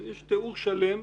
יש תיאור שלם,